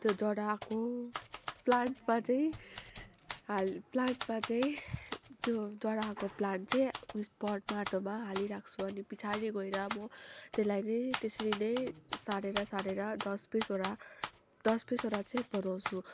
त्यो जराको प्लान्टमा चाहिँ हाल प्लान्टमा चाहिँ त्यो जराको प्लान्ट चाहिँ उस पट माटोमा हालिराख्छु अनि पछाडि गएर म त्यसलाई ने त्यसरी नै सारेर सारेर दस बिसवटा दस बिसवटा चाहिँ बनाउँछु